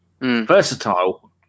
versatile